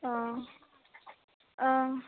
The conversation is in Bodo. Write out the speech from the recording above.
अ ओं